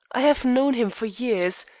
i have known him for years,